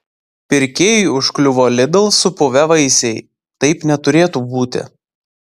pirkėjui užkliuvo lidl supuvę vaisiai taip neturėtų būti